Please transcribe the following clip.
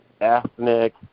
ethnic